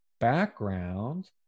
background